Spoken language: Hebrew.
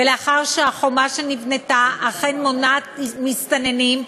ולאחר שהחומה שנבנתה אכן מונעת מעבר מסתננים,